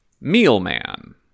Mealman